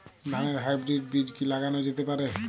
ধানের হাইব্রীড বীজ কি লাগানো যেতে পারে?